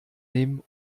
nehmen